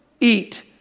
Eat